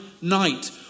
night